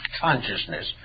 consciousness